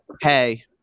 hey